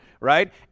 Right